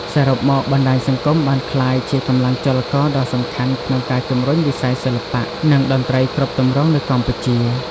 សរុបមក បណ្ដាញសង្គមបានក្លាយជាកម្លាំងចលករដ៏សំខាន់ក្នុងការជំរុញវិស័យសិល្បៈ និងតន្ត្រីគ្រប់ទម្រង់នៅកម្ពុជា។